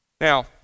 Now